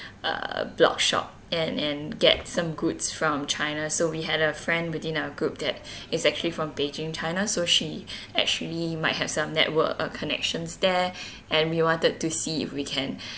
uh blog shop and and get some goods from china so we had a friend within our group that is actually from beijing china so she actually might have some network uh connections there and we wanted to see if we can